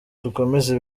dukomeze